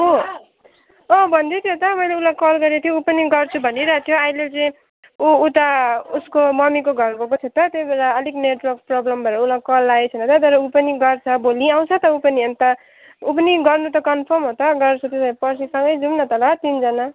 को अँ भन्दै थियो त मैले उसलाई कल गरेको थिएँ ऊ पनि गर्छु भनिरहेको थियो आहिले चाहिँ ऊ उता उसको मम्मीको घर गएको थियो त त्यही भएर अलिक नेटवर्क प्रोब्लम भएर उसलाई कल लागेको छैन त तर ऊ पनि गर्छ भोलि आउँछ त ऊ पनि अन्त ऊ पनि गर्नु त कन्फर्म हो त गर्छ पर्सि सँगै जाऔँ न त ल तिनजना